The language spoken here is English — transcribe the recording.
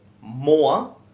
more